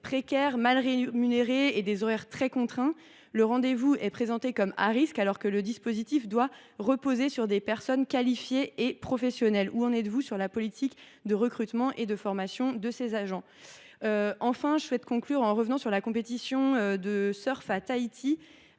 précaires et mal rémunérés, ainsi que par des horaires très contraints. Le rendez vous étant présenté comme « à risque », le dispositif doit reposer sur des personnes qualifiées et professionnelles. Où en êtes vous de votre politique de recrutement et de formation de ces agents ? Je souhaite conclure en revenant sur le sujet de la compétition de surf de Tahiti.